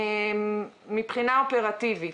מבחינה אופרטיבית,